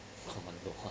commando